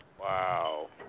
Wow